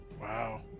Wow